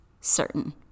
certain